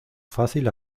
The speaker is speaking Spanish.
fácil